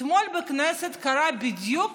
אתמול בכנסת קרה בדיוק